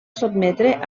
sotmetre